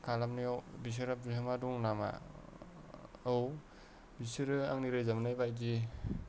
खालामनायाव बिसोरहा बिहोमा दं नामा औ बिसोरो आंनि रोजाबनाय बायदि